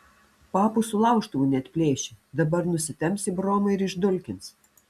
papų su laužtuvu neatplėši dabar nusitemps į bromą ir išdulkins